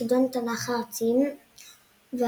"חידון התנ"ך הארצי והעולמי",